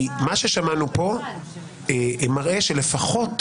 מה ששמענו פה מראה לפחות